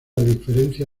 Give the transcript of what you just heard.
diferencia